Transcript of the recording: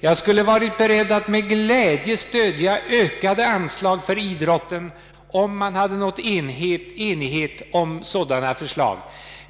Jag skulle ha varit beredd att med glädje stödja kravet på ökade anslag till idrotten, om man hade nått enighet om sådana förslag.